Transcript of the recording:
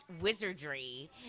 wizardry